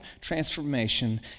transformation